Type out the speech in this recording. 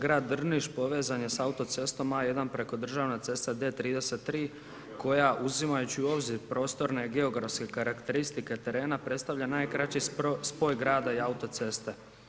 Grad Drniš povezan je sa autocestom A1 preko državne ceste D33 koja uzimajući u obzir prostorne geografske karakteristike terena predstavlja najkraći spoj grada i autoceste.